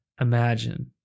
imagine